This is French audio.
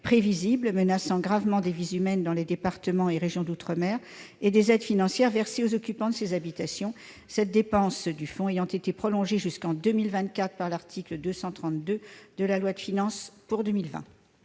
prévisible menaçant gravement des vies humaines dans les départements et régions d'outre-mer, et des aides financières versées aux occupants de ces habitations, la possibilité de financer ce type de dépenses par le fonds ayant été étendue jusqu'en 2024 par l'article 232 de la loi de finances pour 2020.